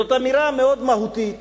זו אמירה מהותית מאוד.